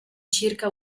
circa